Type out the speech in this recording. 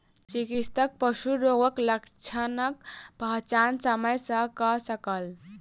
चिकित्सक पशु रोगक लक्षणक पहचान समय सॅ कय सकल